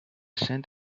saint